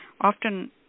often